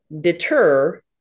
deter